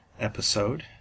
episode